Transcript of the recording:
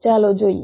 ચાલો જોઈએ